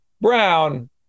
Brown